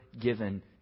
given